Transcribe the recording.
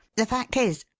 the fact is,